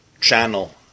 channel